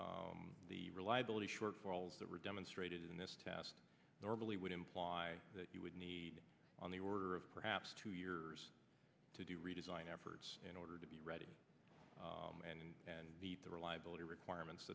consulted the reliability shortfalls that were demonstrated in this test normally would imply that you would need on the order of perhaps two years to do redesign efforts in order to be ready and the reliability requirements